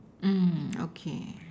mm okay